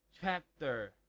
Chapter